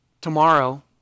Tomorrow